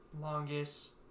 Longest